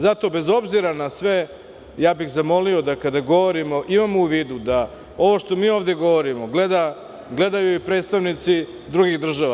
Zato, bez obzira na sve, zamolio bih da kada govorimo, imamo u vidu da ovo što mi ovde govorimo gledaju i predstavnici drugih država.